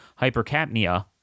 hypercapnia